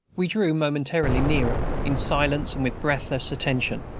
we drew momently nearer, in silence and with breathless attention.